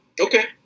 Okay